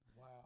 Wow